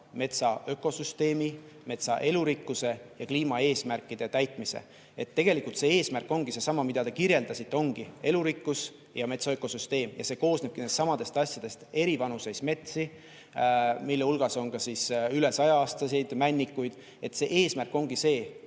metsa ökosüsteemi, metsa elurikkuse ja kliimaeesmärkide täitmise. Tegelikult see eesmärk ongi seesama, mida te kirjeldasite, elurikkus ja metsa ökosüsteem. Ja see koosnebki nendest samadest asjadest, nagu eri vanuses metsad, mille hulgas on üle saja‑aastaseid männikuid. See eesmärk ongi see,